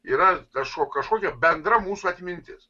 yra kažko kažkokia bendra mūsų atmintis